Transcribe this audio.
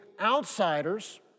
outsiders